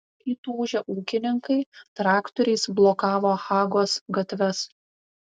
įtūžę ūkininkai traktoriais blokavo hagos gatves